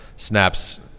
snaps